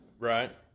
Right